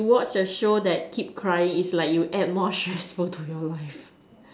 you watch a show that keep crying it's like you add more stressful to your life